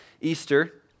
Easter